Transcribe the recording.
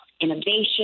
innovation